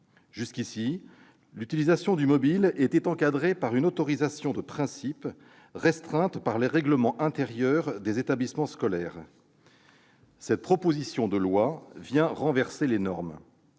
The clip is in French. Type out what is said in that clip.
Jusqu'à présent, l'utilisation du mobile était encadrée par une autorisation de principe, restreinte par les règlements intérieurs des établissements scolaires. Cette proposition de loi vient renverser la norme.